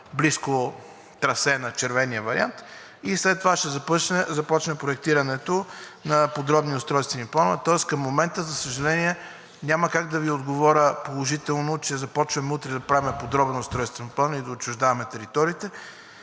близко трасе на червения вариант и след това ще започне проектирането на подробни устройствени планове. Тоест към момента, за съжаление, няма как да Ви отговоря положително, че започваме утре да правим подробен устройствен план и да отчуждаваме териториите.